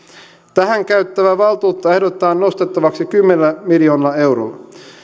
tähän käytettävää valtuutta ehdotetaan nostettavaksi kymmenellä miljoonalla eurolla